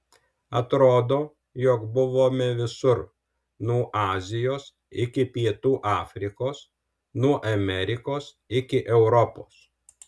atrodo jog buvome visur nuo azijos iki pietų afrikos nuo amerikos iki europos